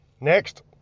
Next